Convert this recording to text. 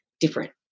different